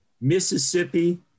Mississippi